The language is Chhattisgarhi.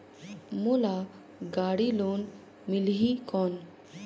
मोला गाड़ी लोन मिलही कौन?